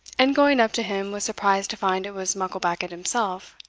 and going up to him was surprised to find it was mucklebackit himself.